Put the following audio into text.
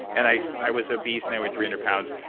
and i i was obese and i weighed three hundred pounds.